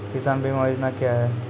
किसान बीमा योजना क्या हैं?